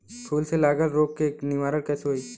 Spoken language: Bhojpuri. फूल में लागल रोग के निवारण कैसे होयी?